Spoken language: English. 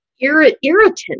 Irritant